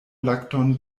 lakton